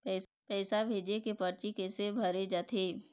पैसा भेजे के परची कैसे भरे जाथे?